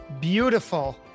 beautiful